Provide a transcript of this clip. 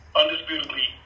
undisputably